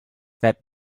that